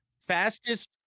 fastest